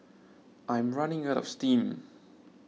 I'm running out of steam